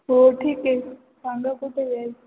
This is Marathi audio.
हो ठीक आहे सांगा कुठे जाईल